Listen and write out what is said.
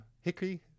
Hickory